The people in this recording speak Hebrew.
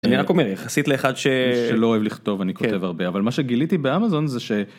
אני רק אומר יחסית לאחד שלא אוהב לכתוב אני כותב הרבה אבל מה שגיליתי באמזון זה ש.